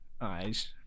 eyes